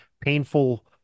painful